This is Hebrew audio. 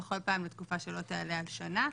בכל פעם לתקופה שלא תעלה על שנה,